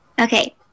Okay